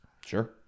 Sure